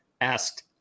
asked